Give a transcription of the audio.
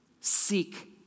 Seek